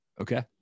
Okay